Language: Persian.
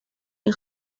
این